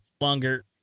longer